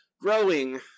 growing